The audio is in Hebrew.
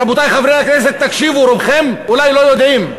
רבותי חברי הכנסת, תקשיבו, רובכם אולי לא יודעים,